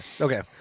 Okay